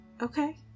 Okay